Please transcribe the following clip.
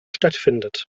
stattfindet